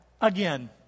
again